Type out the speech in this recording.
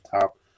top